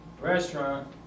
restaurant